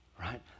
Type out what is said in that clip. right